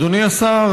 אדוני השר,